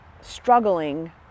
struggling